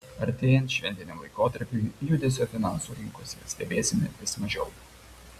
artėjant šventiniam laikotarpiui judesio finansų rinkose stebėsime vis mažiau